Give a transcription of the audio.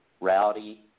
Rowdy